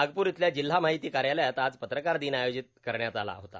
नागपूर इथल्या जिल्हा माहिती कार्यालयात आज पत्रकार दिन आयोजित करण्यात आला होता